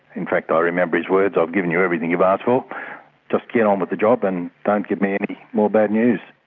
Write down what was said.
in fact i remember his words. i've given you everything you've asked for, just get on with the job and don't give me any more bad news.